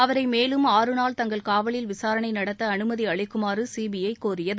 அவரை மேலும் ஆறு நாள் தங்கள் காவலில் விசாரணை நடத்த அனுமதி அளிக்குமாறு சீபிஐ கோரியது